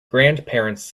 grandparents